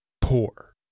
poor